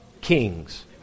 kings